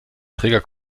träger